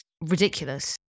ridiculous